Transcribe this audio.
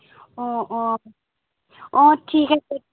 অ অ অ ঠিক আছে